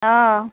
অঁ